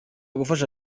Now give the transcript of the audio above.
gufasha